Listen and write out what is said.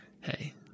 hey